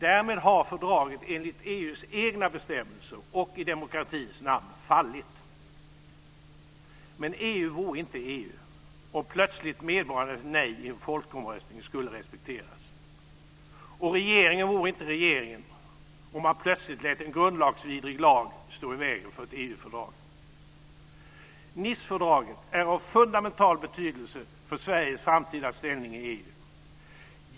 Därmed har fördraget enligt EU:s egna bestämmelser och i demokratins namn fallit. Men EU vore inte EU om plötsligt medborgarnas nej i en folkomröstning skulle respekteras. Och regeringen vore inte regeringen om man plötsligt lät en grundlagsvidrig lag stå i vägen för ett EU-fördrag. Nicefördraget är av fundamental betydelse för Sveriges framtida ställning i EU.